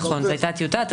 נכון, זו היתה טיוטה.